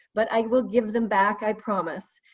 but i will give them back. i promise.